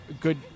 Good